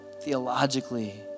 theologically